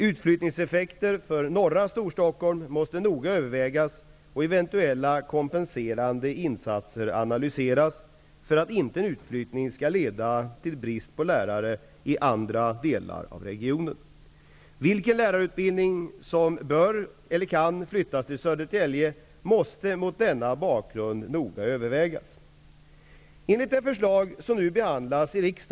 Utflyttningseffekter för norra Storstockholm måste noga övervägas och eventuella kompenserande insatser analyseras, för att utflyttningen inte skall leda till brist på lärare i andra delar av regionen. Södertälje måste mot denna bakgrund noga övervägas.